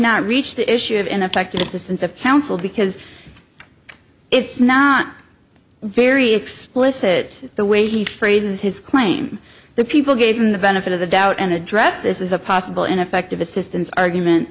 not reach the issue of ineffective assistance of counsel because it's not very explicit the way he phrases his claim the people gave him the benefit of the doubt and address this is a possible ineffective assistance argument